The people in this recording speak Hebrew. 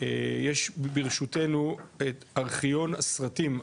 יש ברשותנו את ארכיון הסרטים היהודיים,